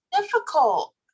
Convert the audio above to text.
Difficult